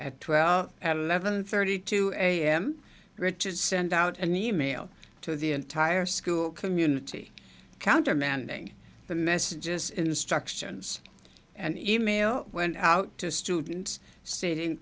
at twelve at eleven thirty two am riches sent out an e mail to the entire school community countermanding the messages instructions and e mail went out to students sta